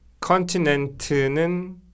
Continent는